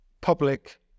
public